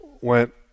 went